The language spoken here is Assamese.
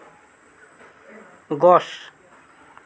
গছ